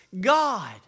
God